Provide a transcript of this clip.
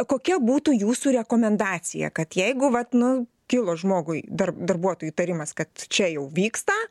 kokia būtų jūsų rekomendacija kad jeigu vat nu kilo žmogui dar darbuotojui įtarimas kad čia jau vyksta